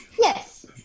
yes